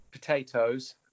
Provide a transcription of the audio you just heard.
potatoes